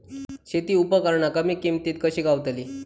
शेती उपकरणा कमी किमतीत कशी गावतली?